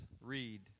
read